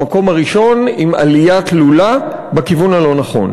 במקום הראשון, עם עלייה תלולה בכיוון הלא-נכון.